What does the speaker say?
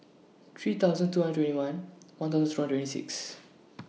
three thousand two hundred twenty one one thousand two hundred six